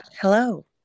Hello